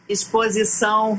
Exposição